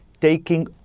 taking